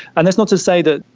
and that's not to say that,